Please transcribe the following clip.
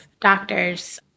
doctors